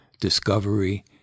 discovery